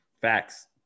Facts